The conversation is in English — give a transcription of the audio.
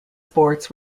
sports